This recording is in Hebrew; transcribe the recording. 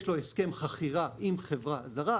יש לו הסכם חכירה עם חברה זרה.